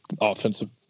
offensive